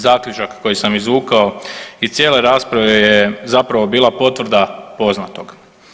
Zaključak koji sam izvukao iz cijele rasprave je zapravo bila potvrda poznatog.